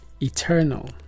eternal